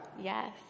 Yes